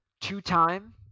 Two-time